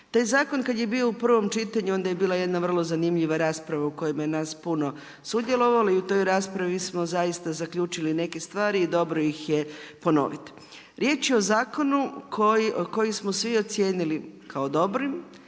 Taj zakon kad je bio u prvom čitanju onda je bila jedna vrlo zanimljiva rasprava u kojoj je nas puno sudjelovalo i u toj raspravi smo zaista zaključili neke stvari, dobro ih je ponovit. Riječ je o zakonu koji smo svi ocijenili kao dobrim,